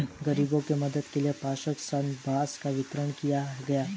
गरीबों के मदद के लिए पार्षद द्वारा बांस का वितरण किया गया